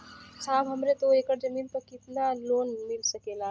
साहब हमरे दो एकड़ जमीन पर कितनालोन मिल सकेला?